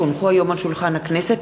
כי הונחו על שולחן הכנסת,